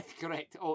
correct